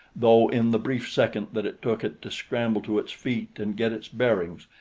though in the brief second that it took it to scramble to its feet and get its bearings,